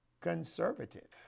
conservative